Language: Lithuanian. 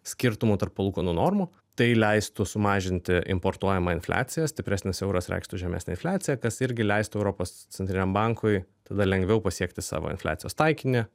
skirtumų tarp palūkanų normų tai leistų sumažinti importuojamą infliaciją stipresnis euras reikštų žemesnę infliaciją kas irgi leistų europos centriniam bankui tada lengviau pasiekti savo infliacijos taikinį